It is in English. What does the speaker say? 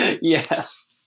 Yes